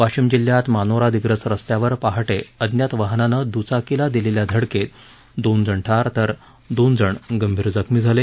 वाशिम जिल्ह्यात मानोरा दिग्रस रस्त्यावर पहाटे अज्ञात वाहनानं दचाकीला दिलेल्या धडकेत दोनजण ठार तर दोघेजण गंभीर जखमी झाले